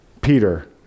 Peter